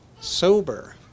sober